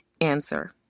Answer